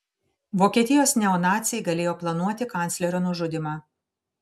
vokietijos neonaciai galėjo planuoti kanclerio nužudymą